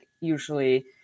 usually